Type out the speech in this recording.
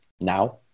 Now